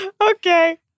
Okay